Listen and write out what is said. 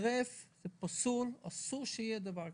זה טרף, זה פסול, אסור שיהיה דבר כזה.